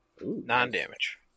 Non-damage